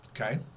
Okay